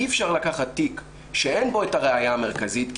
אי-אפשר לקחת תיק שאין בו את הראיה המרכזית,